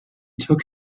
took